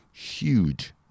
Huge